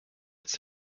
jetzt